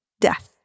death